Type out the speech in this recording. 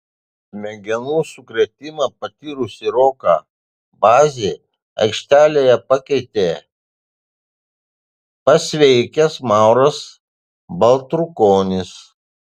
smegenų sukrėtimą patyrusį roką bazį aikštelėje pakeitė pasveikęs mauras baltrukonis